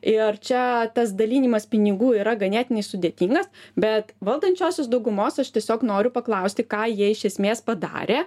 ir čia tas dalinimas pinigų yra ganėtinai sudėtingas bet valdančiosios daugumos aš tiesiog noriu paklausti ką jie iš esmės padarė